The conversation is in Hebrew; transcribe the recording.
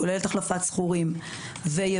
כוללת החלפת מבנים שכורים ויבילים,